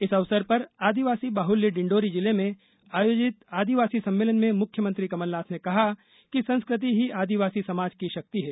इस अवसर पर आदिवासी बाहुल्य डिण्डौरी जिले में आयोजित आदिवासी सम्मेलन में मुख्यमंत्री कमलनाथ ने कहा कि संस्कृति ही आदिवासी समाज की शक्ति है